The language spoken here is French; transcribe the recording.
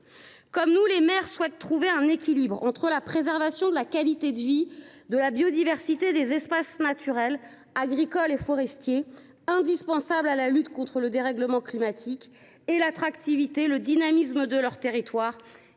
Comme nous, les maires souhaitent trouver un équilibre entre, d’une part, la préservation de la qualité de vie, celle de la biodiversité, des espaces naturels, agricoles et forestiers indispensables à la lutte contre le dérèglement climatique et, d’autre part, l’attractivité et le dynamisme de leur territoire,